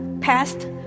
past